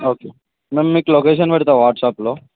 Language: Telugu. ఓకే మేము మీకు లొకేషన్ పెడతాను వాట్సాప్లో